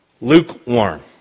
lukewarm